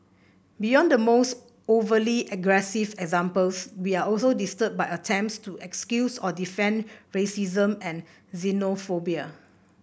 beyond the most overtly aggressive examples we are also disturbed by attempts to excuse or defend racism and xenophobia